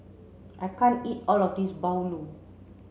I can't eat all of this Bahulu